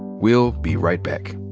we'll be right back.